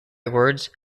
words